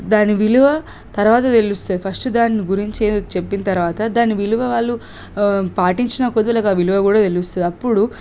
దాని విలువ తర్వాత తెలుస్తుంది ఫస్ట్ దాని గురించి చెప్పిన తర్వాత దాని విలువ వాళ్ళు పాటించిన కొద్ది వాళ్ళకు ఆ విలువ కూడా తెలుస్తుంది అప్పుడు